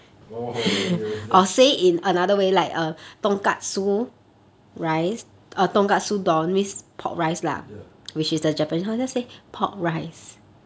oh [ho] then you all just ya